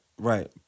right